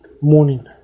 morning